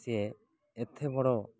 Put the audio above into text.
ସିଏ ଏତେ ବଡ଼